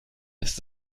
ist